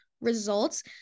results